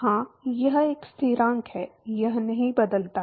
हाँ यह एक स्थिरांक है यह नहीं बदलता है